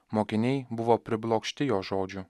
mokiniai buvo priblokšti jo žodžių